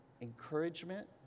encouragement